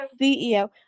CEO